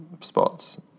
spots